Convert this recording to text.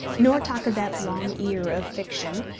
nor talk of that long ear of fiction,